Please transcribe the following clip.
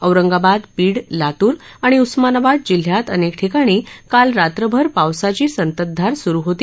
औरंगाबाद बीड लातूर आणि उस्मानाबाद जिल्ह्यात अनेक ठिकाणी काल रात्रभर पावसाची संततधार सुरु होती